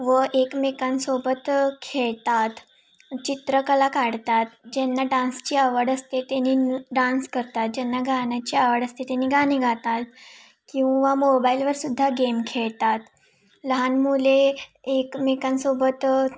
व एकमेकांसोबत खेळतात चित्रकला काढतात ज्यांना डान्सची आवड असते त्यांनी न डान्स करतात ज्यांना गाण्याची आवड असते त्यांनी गाणे गातात किंवा मोबाईलवर सुद्धा गेम खेळतात लहान मुले एकमेकांसोबत